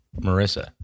Marissa